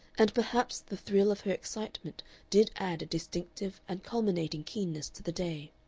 and perhaps the thrill of her excitement did add distinctive and culminating keenness to the day.